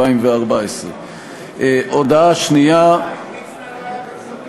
באוקטובר 2014. מצנע לא היה בכספים.